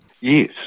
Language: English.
Yes